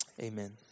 Amen